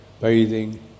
bathing